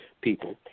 people